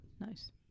Nice